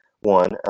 one